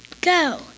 Go